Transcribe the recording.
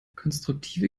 konstruktive